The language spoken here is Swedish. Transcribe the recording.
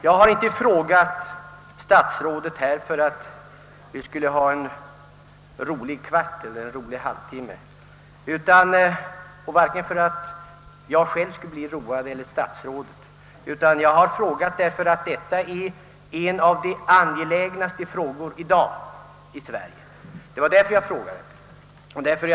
Jag har inte frågat statsrådet för att vi skulle ha en rolig kvart eller en rolig halvtimme och inte heller för att jag själv eller statsrådet skulle bli road, utan jag har frågat därför att detta är ett av de angelägnaste spörsmålen i dag i Sverige.